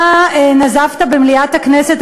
אתה נזפת במליאת הכנסת,